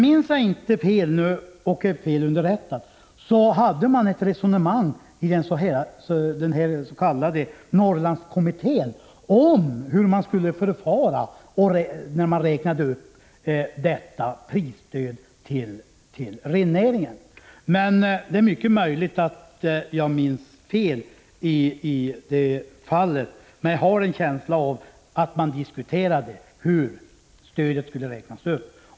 Om jag inte minns fel eller är felunderrättad, fördes det i den s.k. Norrlandskommittén ett resonemang om hur man skulle förfara när detta prisstöd till rennäringen räknades upp. Det är mycket möjligt att jag minns fel i det fallet, men jag har ändå en känsla av att man diskuterade hur stödet skulle räknas upp.